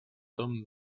tomb